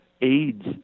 aids